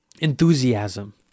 enthusiasm